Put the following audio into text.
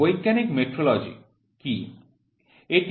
বৈজ্ঞানিক metrology scientific metrology কী